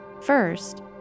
first